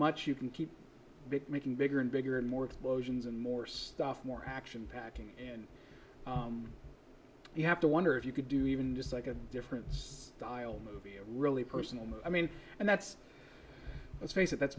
much you can keep big making bigger and bigger and more explosions and more stuff more action packing and you have to wonder if you could do even just like a different style movie really personal i mean and that's let's face it that's